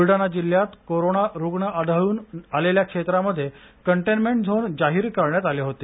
ब्लडाणा जिल्ह्यात कोरोना रूग्ण आढळून आलेल्या क्षेत्रामध्ये कंटेन्टमेंट झोन जाहीर करण्यात आले होते